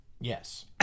Yes